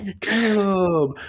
caleb